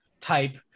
type